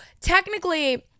technically